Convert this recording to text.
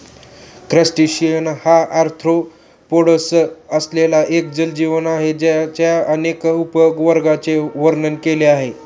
crustacean हा arthropods असलेला एक जलजीव आहे ज्याच्या अनेक उपवर्गांचे वर्णन केले आहे